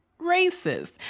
racist